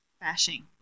bashing